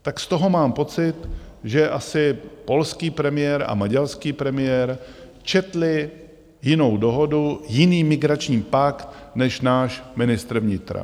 Tak z toho mám pocit, že asi polský premiér a maďarský premiér četli jinou dohodu, jiný migrační pakt než náš ministr vnitra.